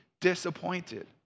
disappointed